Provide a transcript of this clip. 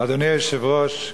אדוני היושב-ראש,